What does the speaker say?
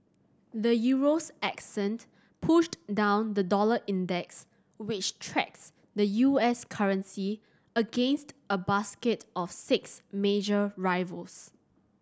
the Euro's ascent pushed down the dollar index which tracks the U S currency against a basket of six major rivals